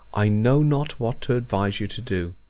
i know not what to advise you to do.